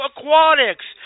Aquatics